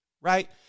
right